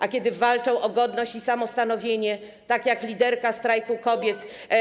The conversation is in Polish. A kiedy walczą o godność i samostanowienie, tak jak liderka Strajku Kobiet